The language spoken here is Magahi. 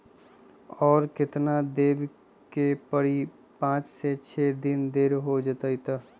और केतना देब के परी पाँच से छे दिन देर हो जाई त?